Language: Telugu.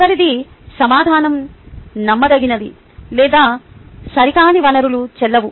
చివరిది సమాచారం నమ్మదగనిది లేదా సరికాని వనరులు చెల్లవు